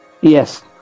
Yes